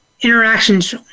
interactions